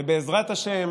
ובעזרת השם